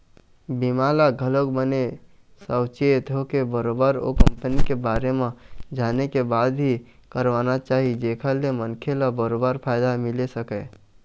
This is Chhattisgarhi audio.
बीमा ल घलोक बने साउचेत होके बरोबर ओ कंपनी के बारे म जाने के बाद ही करवाना चाही जेखर ले मनखे ल बरोबर फायदा मिले सकय